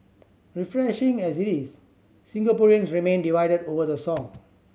refreshing as it is Singaporeans remain divided over the song